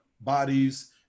bodies